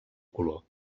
color